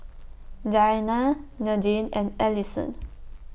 Diana Nadine and Ellison